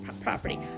property